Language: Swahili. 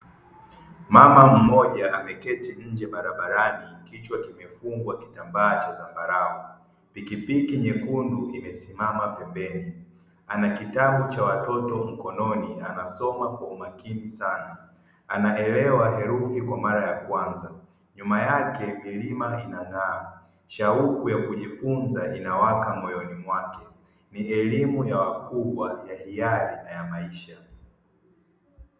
Mama mmoja ameketi nje barabarani, kichwa kimefungwa kitambaa cha zambarau. Pikipiki nyekundu imesimama pembeni, ana kitabu cha watoto mkononi anasoma kwa makini sana, anaelewa herufi kwa mara ya kwanza. Nyuma yake milima inang'aa shauku ya kujifunza inawaka moyoni mwake; ni elimu ya wakubwa, ya hiari na ya maisha.